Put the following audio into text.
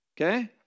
okay